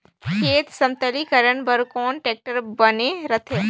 खेत समतलीकरण बर कौन टेक्टर बने रथे?